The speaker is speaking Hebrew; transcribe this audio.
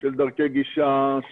של דרכי גישה,